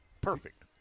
perfect